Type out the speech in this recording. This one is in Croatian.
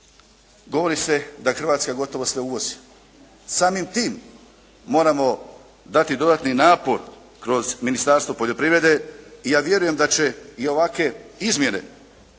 govori se da Hrvatska gotovo sve uvozi. Samim tim moramo dati dodatni napor kroz Ministarstvo poljoprivrede i ja vjerujem da će i ovakve izmjene